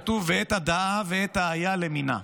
כתוב: "ואת הדאה ואת האיה למינה".